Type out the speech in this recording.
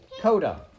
coda